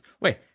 wait